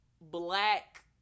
black